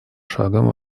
шагом